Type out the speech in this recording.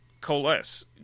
coalesce